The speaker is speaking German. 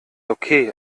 okay